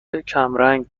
کمرنگ